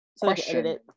question